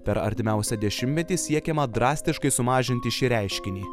per artimiausią dešimtmetį siekiama drastiškai sumažinti šį reiškinį